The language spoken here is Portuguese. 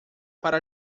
para